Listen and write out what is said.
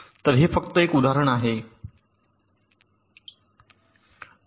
तर हे फक्त एक उदाहरण आहे